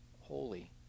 holy